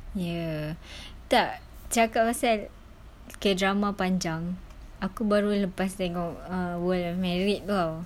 ya tak cakap pasal K drama panjang aku baru lepas tengok uh world of married [tau]